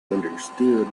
understood